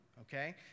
okay